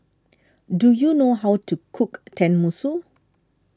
do you know how to cook Tenmusu